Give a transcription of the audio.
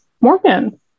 Morgan